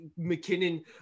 McKinnon